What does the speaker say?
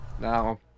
Now